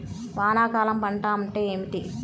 వానాకాలం పంట అంటే ఏమిటి?